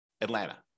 Atlanta